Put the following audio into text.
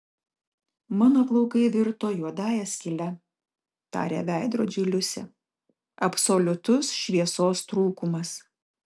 mano plaukai virto juodąja skyle tarė veidrodžiui liusė absoliutus šviesos trūkumas